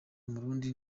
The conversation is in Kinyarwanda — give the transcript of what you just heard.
umurundi